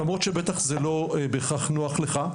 למרות שבטח זה לא בהכרח נוח לך.